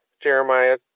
Jeremiah